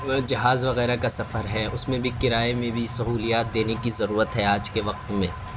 جہاز وغیرہ کا سفر ہے اس میں بھی کرائے میں بھی سہولیات دینے کی ضرورت ہے آج کے وقت میں